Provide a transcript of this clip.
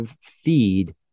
feed